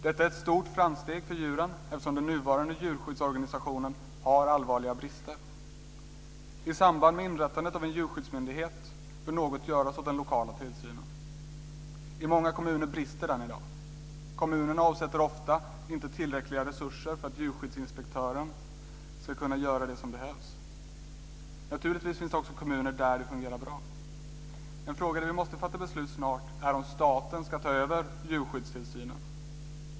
Det är ett stort framsteg för djuren eftersom den nuvarande djurskyddsorganisationen har allvarliga brister. I samband med inrättandet av en djurskyddsmyndighet bör något göras åt den lokala tillsynen. I många kommuner brister den i dag. Kommunerna avsätter ofta inte tillräckliga resurser för att djurskyddsinspektören ska kunna göra det som behövs. Naturligtvis finns det också kommuner där det fungerar bra. En fråga som vi snart måste fatta beslut om är om staten ska ta över djurskyddstillsynen.